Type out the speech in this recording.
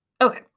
Okay